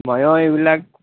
ময়ো এইবিলাক